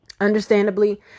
understandably